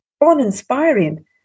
uninspiring